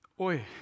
Oi